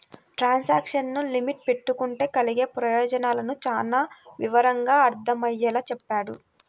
transaction limit పెట్టుకుంటే కలిగే ప్రయోజనాలను చానా వివరంగా అర్థమయ్యేలా చెప్పాడు